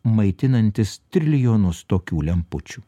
maitinantis trilijonus tokių lempučių